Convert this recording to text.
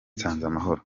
nsanzamahoro